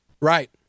Right